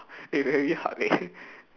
eh very hard eh